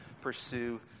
pursue